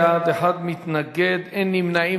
20 בעד, מתנגד אחד, אין נמנעים.